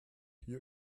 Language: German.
hier